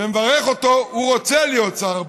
ומברך אותו, רוצה להיות שר הבריאות,